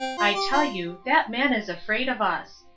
i tell you, that man is afraid of us!